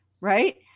right